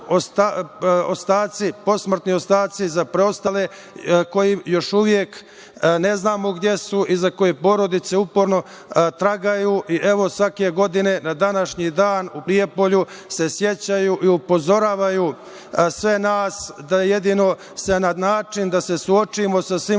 pronađu posmrtni ostaci za preostale za koje još uvek ne znamo gde su i za koje porodice uporno tragaju. Evo, svake godine na današnji dan u Prijepolju se sećaju u upozoravaju sve nas na način da se suočimo sa svim